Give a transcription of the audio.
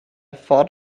thought